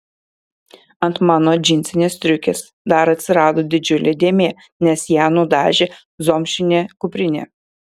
ant mano džinsinės striukės dar atsirado didžiulė dėmė nes ją nudažė zomšinė kuprinė